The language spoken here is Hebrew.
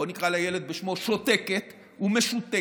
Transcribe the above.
בואו נקרא לילד בשמו: שותקת ומשותקת,